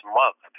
month